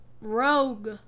Rogue